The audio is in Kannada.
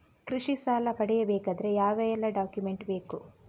ಕೃಷಿ ಸಾಲ ಪಡೆಯಬೇಕಾದರೆ ಯಾವೆಲ್ಲ ಡಾಕ್ಯುಮೆಂಟ್ ಬೇಕು?